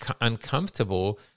uncomfortable